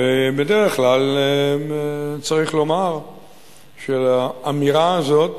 ובדרך כלל צריך לומר שלאמירה הזאת